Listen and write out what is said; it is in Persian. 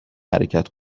حرکت